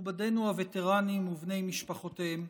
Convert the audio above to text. מכובדינו הווטרנים ובני משפחותיהם,